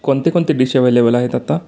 कोणते कोणते dish available आहेत आता